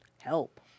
help